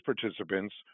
participants